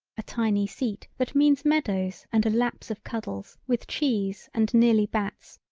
a tiny seat that means meadows and a lapse of cuddles with cheese and nearly bats,